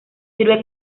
sirve